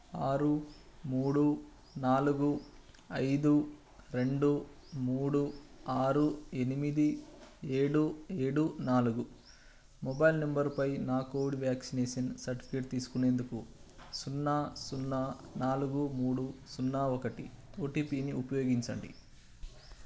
ఆరు మూడు నాలుగు ఐదు రెండు మూడు ఆరు ఎనిమిది ఏడు ఏడు నాలుగు మొబైల్ నంబరుపై నా కోడ్ వ్యాక్సినేషన్ సర్టిఫికేట్ తీసుకునేందుకు సున్నా సున్నా నాలుగు మూడు సున్నా ఒకటి ఓటీపీని ఉపయోగించండి